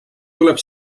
tuleb